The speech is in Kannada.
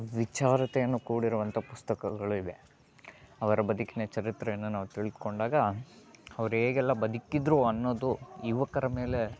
ವಿಚಾರತೆಯನ್ನು ಕೂಡಿರುವಂಥ ಪುಸ್ತಕಗಳು ಇವೆ ಅವರ ಬದುಕಿನ ಚರಿತ್ರೆಯನ್ನು ನಾವು ತಿಳ್ದುಕೊಂಡಾಗ ಅವ್ರು ಹೇಗೆಲ್ಲ ಬದುಕಿದ್ದರು ಅನ್ನೋದು ಯುವಕರ ಮೇಲೆ